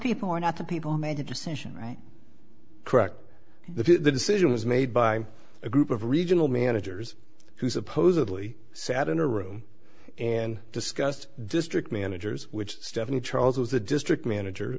people are not the people made a decision right correct the decision was made by a group of regional managers who supposedly sat in a room and discussed district managers which stephanie charles was the district manager